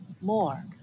more